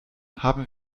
haben